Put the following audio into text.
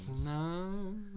No